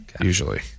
usually